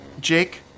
Jake